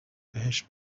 بهش